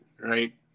right